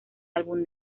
álbum